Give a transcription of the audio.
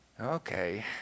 Okay